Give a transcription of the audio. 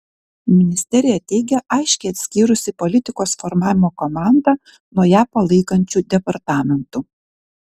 ministerija teigia aiškiai atskyrusi politikos formavimo komandą nuo ją palaikančių departamentų